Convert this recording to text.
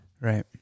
Right